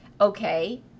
okay